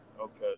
Okay